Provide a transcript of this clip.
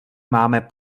máme